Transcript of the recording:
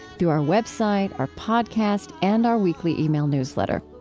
through our web site, our podcast, and our weekly ah e-mail newsletter.